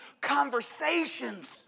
conversations